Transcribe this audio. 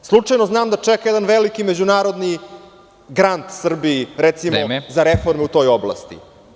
Slučajno znam da čeka jedan veliki međunarodni grand Srbiji, recimo za reformu… (Predsednik: Vreme.) … u toj oblasti.